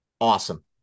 Awesome